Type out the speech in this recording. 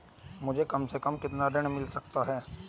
मुझे कम से कम कितना ऋण मिल सकता है?